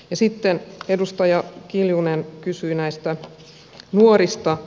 sitten edustaja kiljunen kysyi näistä nuorista